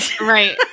Right